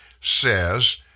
says